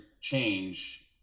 change